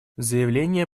заявление